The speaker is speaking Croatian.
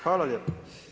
Hvala lijepo.